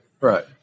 right